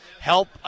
help